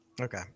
Okay